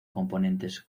componentes